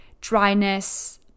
dryness